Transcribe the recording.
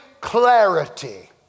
clarity